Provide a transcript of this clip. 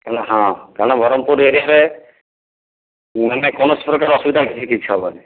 ହଁ ଆମ ବ୍ରହ୍ମପୁର ଏରିୟାରେ ମାନେ କୌଣସି ପ୍ରକାର ଅସୁବିଧା କିଛି ହେବନି